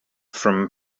from